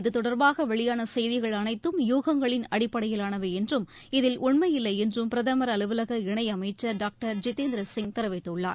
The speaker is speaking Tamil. இதுதொடர்பாக வெளியான ஊடகங்களில் செய்திகள் யூகங்களின் அனைத்தம் அடிப்படையிலானவை என்றும் இதில் உண்மையில்லை என்றும் பிரதமர் அலுவலக இணையமைச்சர் டாக்டர் ஐிதேந்திர சிங் தெரிவித்துள்ளார்